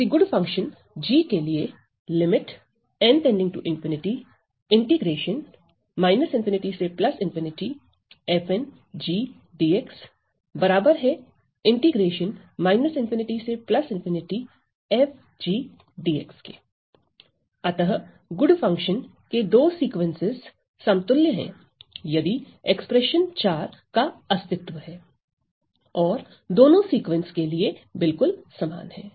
किसी good function g के लिए अतःगुड फंक्शन के दो सीक्वेंसेस समतुल्य है यदि व्यंजक IV का अस्तित्व है और दोनों सीक्वेंस के लिए बिल्कुल समान है